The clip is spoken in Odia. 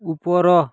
ଉପର